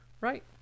Right